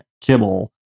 kibble